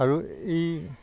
আৰু এই